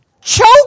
Choke